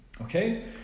okay